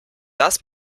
das